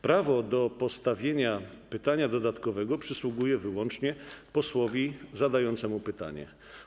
Prawo do postawienia pytania dodatkowego przysługuje wyłącznie posłowi zadającemu pytanie.